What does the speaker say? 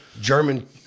German